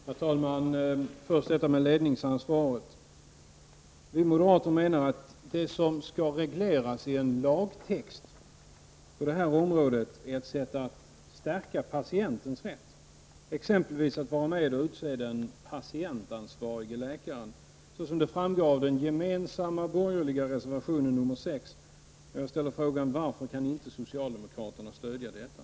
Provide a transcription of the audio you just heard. Herr talman! Först vill jag ta upp ledningsansvaret. Vi moderater menar att det som skall regleras i en lagtext på detta område är en förstärkning av patientens rätt. Patienten skall exempelvis vara med och utse den patientansvarige läkaren, som det framgår av den gemensamma borgerliga reservationen nr 6. Jag ställer frågan: Varför kan inte socialdemokraterna stödja detta?